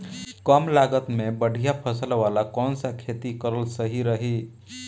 कमलागत मे बढ़िया फसल वाला कौन सा खेती करल सही रही?